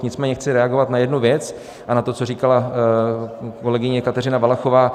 Nicméně chci reagovat na jednu věc a na to, co říkala kolegyně Kateřina Valachová.